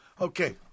Okay